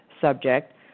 subject